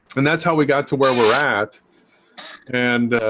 and that's how we got to where we're at and